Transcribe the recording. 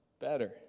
better